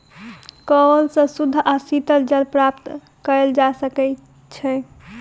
कअल सॅ शुद्ध आ शीतल जल प्राप्त कएल जा सकै छै